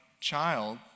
child